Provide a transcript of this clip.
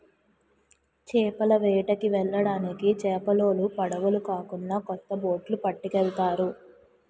చేపల వేటకి వెళ్ళడానికి చేపలోలు పడవులు కాకున్నా కొత్త బొట్లు పట్టుకెళ్తారు